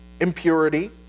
impurity